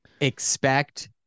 expect